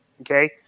okay